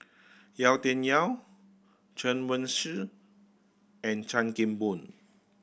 Yau Tian Yau Chen Wen Hsi and Chan Kim Boon